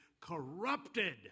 corrupted